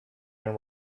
been